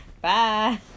Bye